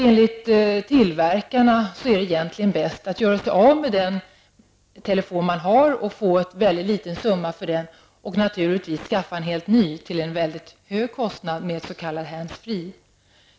Enligt tillverkarna är det egentligen bäst att göra sig av med den telefon man har och få en mycket liten summa för den för att, till en mycket hög kostnad, i stället skaffa sig en helt ny s.k. hands free-modell.